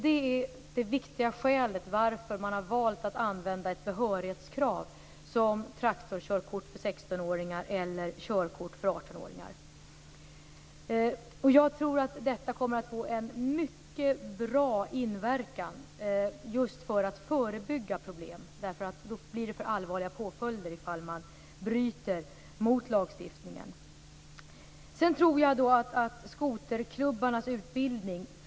Det är det viktiga skälet till att man har valt att använda ett behörighetskrav som traktorkörkort för 16-åringar och körkort för 18-åringar. Jag tror att detta kommer att få en mycket bra inverkan när det gäller att förebygga problem, just därför att det blir för allvarliga påföljder om man bryter mot lagstiftningen.